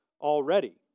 already